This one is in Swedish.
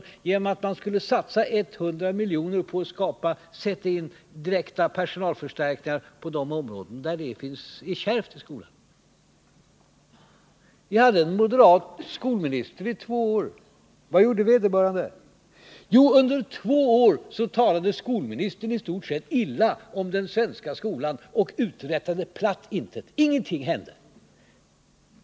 Vårt förslag är att man skall satsa 100 milj.kr. för att kunna sätta in direkta personalförstärkningar på de områden där det är kärvt i skolan. Vi hade en moderat skolminister i två år. Vad gjorde vederbörande? Jo, under de två åren talade skolministern illa om den svenska skolan och uträttade platt intet — ingenting hände.